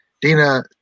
Dina